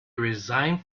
resigned